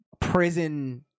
prison